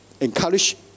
encourage